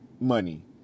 money